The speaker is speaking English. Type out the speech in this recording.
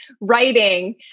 writing